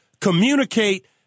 communicate